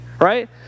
Right